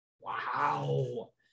Wow